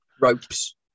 Ropes